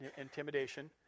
intimidation